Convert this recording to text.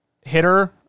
Hitter